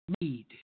need